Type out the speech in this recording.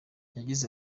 yagize